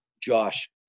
Josh